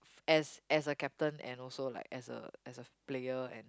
as as a captain and also like as a as a player and